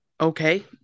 okay